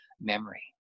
memory